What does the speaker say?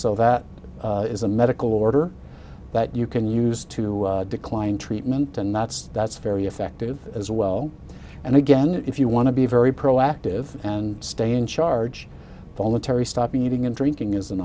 so that is a medical order that you can use to decline treatment and that's that's very effective as well and again if you want to be very proactive and stay in charge voluntary stopping eating and drinking is an